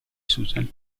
susan